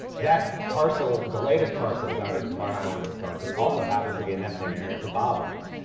that parcel, the latest parcel down at barn island in stonington, also happens to be a nesting area for bobolinks.